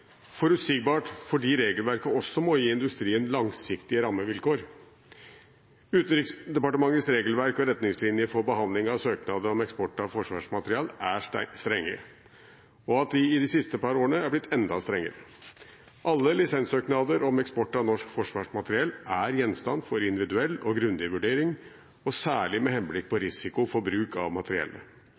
forutsigbart regelverk er viktig fordi regelverket også må gi industrien langsiktige rammevilkår. Utenriksdepartementets regelverk og retningslinjer for behandling av søknader om eksport av forsvarsmateriell er svært strenge. De siste par årene er de blitt enda strengere. Alle lisenssøknader om eksport av norsk forsvarsmateriell er gjenstand for individuell og grundig vurdering – særlig med henblikk på risiko for bruk av materiellet.